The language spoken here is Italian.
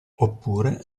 oppure